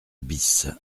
bis